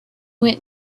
went